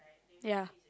ya